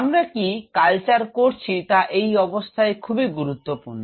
আমরা কি কালচার করছি তা এই অবস্থায় খুবই গুরুত্বপূর্ণ